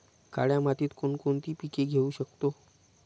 काळ्या मातीत कोणकोणती पिके घेऊ शकतो?